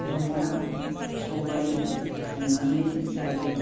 अनला सबाय संनानै जायो